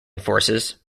forces